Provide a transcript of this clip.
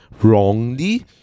wrongly